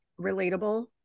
relatable